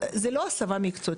זו לא הסבה מקצועית,